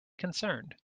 concerned